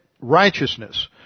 righteousness